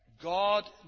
God